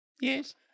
yes